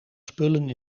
spullen